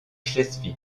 schleswig